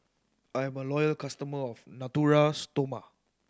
I'm a loyal customer of Natura Stoma